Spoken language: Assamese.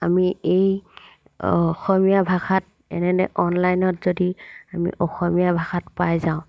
আমি এই অসমীয়া ভাষাত এনে অনলাইনত যদি আমি অসমীয়া ভাষাত পাই যাওঁ